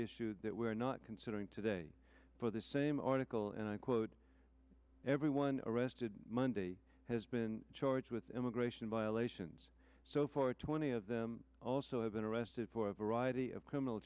issue that we are not considering today for the same article and i quote everyone arrested monday has been charged with immigration violations so for twenty of them also have been arrested for a variety of criminal